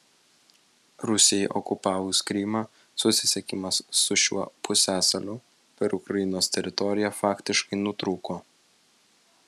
rusijai okupavus krymą susisiekimas su šiuo pusiasaliu per ukrainos teritoriją faktiškai nutrūko